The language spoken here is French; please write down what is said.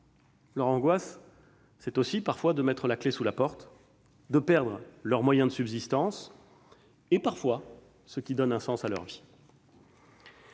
malades, c'est aussi parfois de mettre la clé sous la porte, de perdre leurs moyens de subsistance et, pour certains, ce qui donne un sens à leur vie.